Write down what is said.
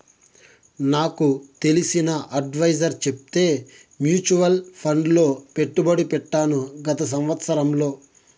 నాకు తెలిసిన అడ్వైసర్ చెప్తే మూచువాల్ ఫండ్ లో పెట్టుబడి పెట్టాను గత సంవత్సరంలో